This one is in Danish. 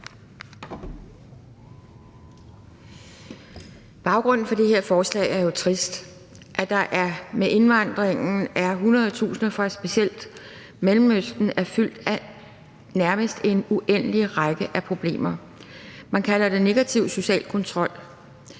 Baggrunden for det her forslag er jo trist, altså at der med indvandringen af hundredtusinder fra specielt Mellemøsten er fyldt af nærmest en uendelig række af problemer. Man kalder det negativ social kontrol.